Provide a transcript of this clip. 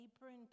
apron